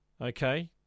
okay